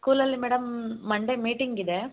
ಸ್ಕೂಲಲ್ಲಿ madam Monday meeting ಇದೆ